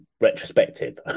retrospective